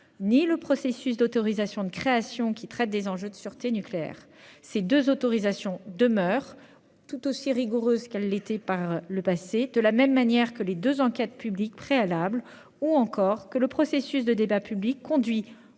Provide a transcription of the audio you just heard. ni le processus d'autorisation de création, qui traite des enjeux de sûreté nucléaire. Ces deux autorisations demeurent, tout aussi rigoureuses que par le passé, tout comme les deux enquêtes publiques préalables ou encore le processus de débat public conduit